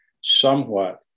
Somewhat